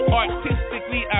artistically